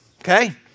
okay